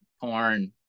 porn